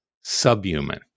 subhuman